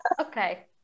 Okay